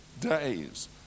days